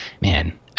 man